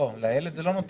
לא לאילת - זה משהו אחר.